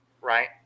right